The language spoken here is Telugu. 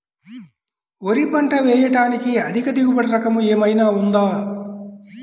వరి పంట వేయటానికి అధిక దిగుబడి రకం ఏమయినా ఉందా?